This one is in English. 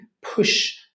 push